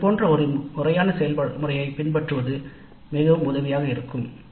மற்றும் அத்தகைய ஒரு முறையான செயல்முறையைப் பின்பற்றுவது மிகவும் உதவியாக இருக்கும்